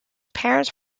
parents